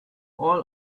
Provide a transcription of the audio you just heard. all